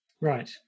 Right